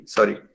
Sorry